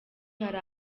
hari